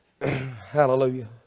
Hallelujah